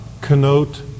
connote